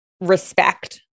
respect